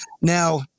Now